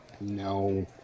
No